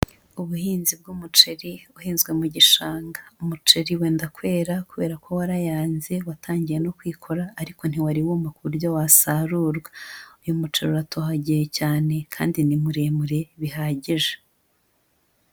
Ubuhinzi bw'umuceri uhinzwe mu gishanga. Umuceri wenda kwera, kubera ko warayanze, watangiye no kwikora, ariko ntiwari wuma ku buryo wasarurwa. Uyu muceri uratohagiye cyane kandi ni muremure bihagije.